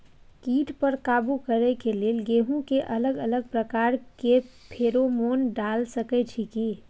कीट पर काबू करे के लेल गेहूं के अलग अलग प्रकार के फेरोमोन डाल सकेत छी की?